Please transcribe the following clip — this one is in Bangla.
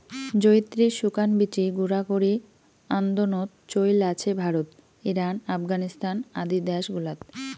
জয়িত্রির শুকান বীচি গুঁড়া করি আন্দনোত চৈল আছে ভারত, ইরান, আফগানিস্তান আদি দ্যাশ গুলাত